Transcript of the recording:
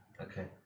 Okay